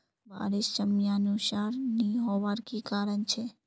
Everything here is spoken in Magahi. बारिश समयानुसार नी होबार की कारण छे?